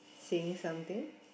saying something